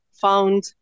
found